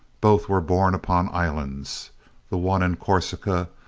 both were born upon islands the one in corsica,